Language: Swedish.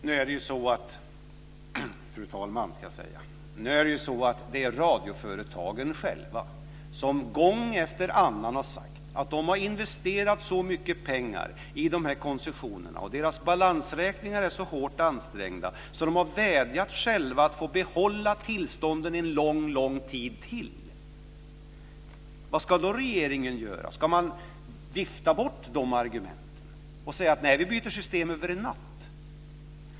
Fru talman! Nu är det radioföretagen själva som gång efter annan har sagt att de har investerat så mycket pengar i de här koncessionerna. Deras balansräkningar är så hårt ansträngda att de själva har vädjat om att få behålla tillstånden en lång tid till. Vad ska då regeringen göra? Ska man vifta bort de argumenten och säga: Nej, vi byter system över en natt.